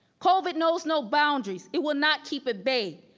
covid knows no boundaries. it will not keep at bay.